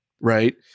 right